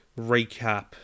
recap